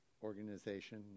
organization